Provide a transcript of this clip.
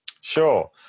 Sure